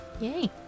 Yay